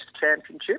Championship